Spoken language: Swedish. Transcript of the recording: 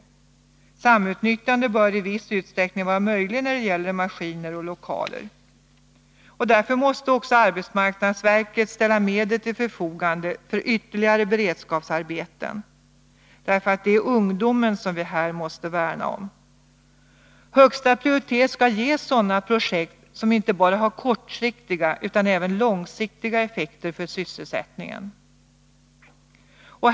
Samutnyttjande bör i viss utsträckning vara möjligt när det gäller maskiner och lokaler. Därför måste också arbetsmarknadsverket ställa medel till förfogande för ytterligare beredskapsarbeten. Det är ju ungdomen som vi här måste värna om. Högsta prioritet skall ges åt sådana projekt som inte bara har kortsiktiga utan även långsiktiga effekter för sysselsättningen.